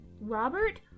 Robert